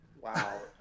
Wow